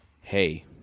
hey